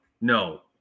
no